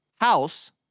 house